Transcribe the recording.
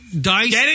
Dice